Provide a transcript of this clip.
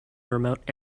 remote